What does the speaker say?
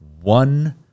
one